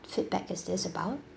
feedback is this about